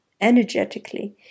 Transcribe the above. energetically